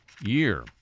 year